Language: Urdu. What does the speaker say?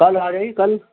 کل آ جائیے کل